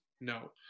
no